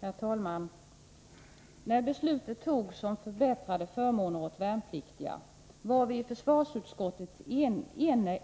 Herr talman! När beslutet om förändrade förmåner åt värnpliktiga fattades var vi i försvarsutskottet